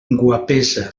guapesa